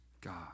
God